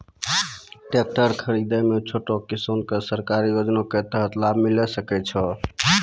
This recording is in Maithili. टेकटर खरीदै मे छोटो किसान के सरकारी योजना के तहत लाभ मिलै सकै छै?